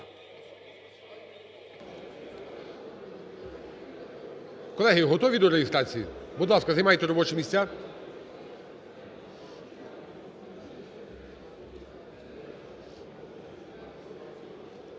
Колеги, готові до реєстрації? Будь ласка, займайте робочі місця.